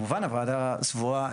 כמובן הוועדה סבורה,